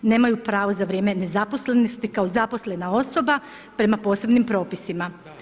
Nemaju pravo za vrijeme nezaposlenosti kao zaposlena osoba prema posebnim propisima.